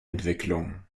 entwicklung